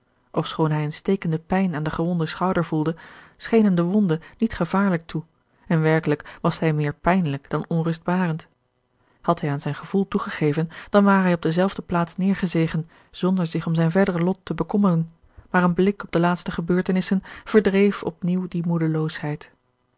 hij eene stekende pijn aan den gewonden schouder gevoelde scheen hem de wonde niet gevaarlijk toe en werkelijk was zij meer pijnlijk dan onrustbarend had hij aan zijn gevoel toegegeven dan ware hij op dezelfde plaats neêrgezegen zonder zich om zijn verder lot te begeorge een ongeluksvogel kommeren maar een blik op de laatste gebeurtenissen verdreef op nieuw die